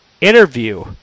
interview